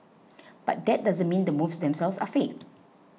but that doesn't mean the moves themselves are fake